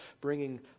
bringing